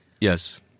Yes